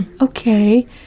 Okay